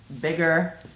Bigger